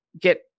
get